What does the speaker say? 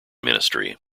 ministry